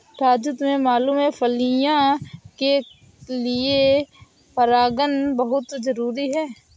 राजू तुम्हें मालूम है फलियां के लिए परागन बहुत जरूरी है